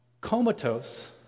comatose